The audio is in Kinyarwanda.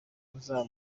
muzaba